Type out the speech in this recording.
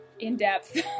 in-depth